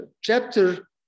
chapter